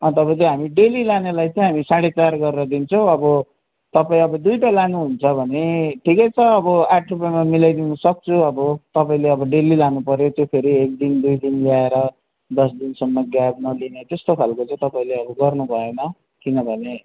daily लानेलाई चाहिँ हामी साढे चार गरेर दिन्छौँ अब तपाईँ अब दुइवटा लानु हुन्छ भने ठिकै छ अब आठ रुप्पेमा मिलाई दिनु सक्छु अब तपाईँले डेली लानु परे उत्यो फेरि एक दिन दुई दिन ल्याएर दस दिनसम्म ग्याप नलिने त्यस्तो खाले चाहिँ तपाईँले अब गर्नु भएन किन भने